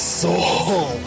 soul